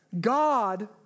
God